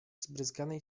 zbryzganej